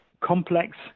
complex